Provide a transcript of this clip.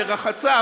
לרחצה,